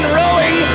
rowing